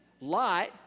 Lot